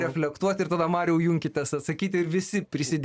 reflektuot ir tada mariau junkitės atsakyti ir visi prisidė